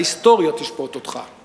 ההיסטוריה תשפוט אותך.